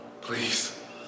please